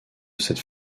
cette